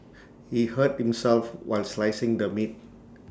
he hurt himself while slicing the meat